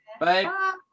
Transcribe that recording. Bye